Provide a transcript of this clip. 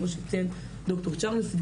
כמו שציין ד"ר צ'רנס --- רק